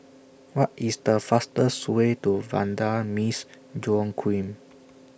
What IS The fastest Way to Vanda Miss Joaquim